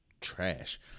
trash